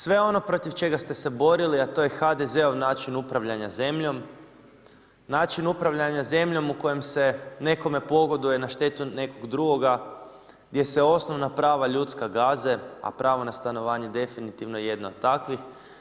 Sve ono protiv čega ste se borili, a to je HDZ-ov način upravljanja zemljom, način upravljanja zemljom u kojem se nekome pogoduje na štetu nekog drugoga gdje se osnovna prava ljudska gaze, a pravo na stanovanje definitivno je jedno od takvih.